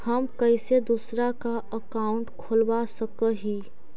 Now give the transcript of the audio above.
हम कैसे दूसरा का अकाउंट खोलबा सकी ही?